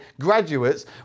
graduates